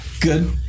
Good